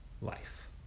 life